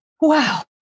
Wow